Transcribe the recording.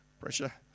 pressure